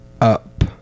up